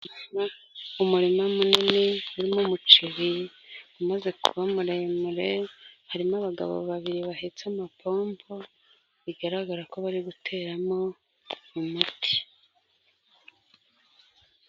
Umurima munini urimo' umuceri, umaze kuba muremure, harimo abagabo babiri bahetse amapompo, bigaragara ko bari guteramo umuti.